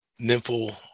nymphal